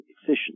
efficient